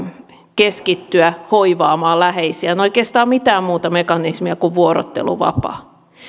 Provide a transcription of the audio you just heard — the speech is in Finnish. keskittyä hoivaamaan läheisiään oikeastaan mitään muuta mekanismia kuin vuorotteluvapaa